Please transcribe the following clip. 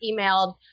emailed